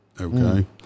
Okay